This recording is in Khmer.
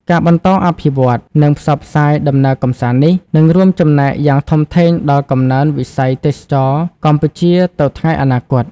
ការបន្តអភិវឌ្ឍ និងផ្សព្វផ្សាយដំណើរកម្សាន្តនេះ នឹងរួមចំណែកយ៉ាងធំធេងដល់កំណើនវិស័យទេសចរណ៍កម្ពុជាទៅថ្ងៃអនាគត។